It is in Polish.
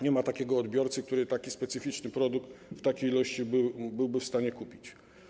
Nie ma takiego odbiorcy, który taki specyficzny produkt w takiej ilości byłby w stanie kupić.